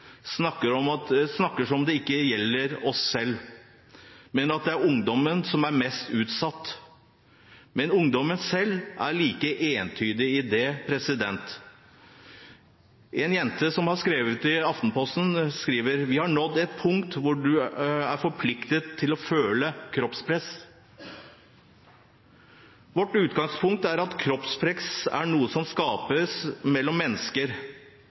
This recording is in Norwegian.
snakker som om det ikke gjelder oss selv, og at det er ungdommen som er mest utsatt. Men ungdommen selv er like entydig i det. En jente som har skrevet i Aftenposten, sier: «Vi har nådd punktet hvor du er forpliktet til å føle kroppspress.» Vårt utgangspunkt er at kroppspress er noe som skapes mellom mennesker.